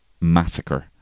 Massacre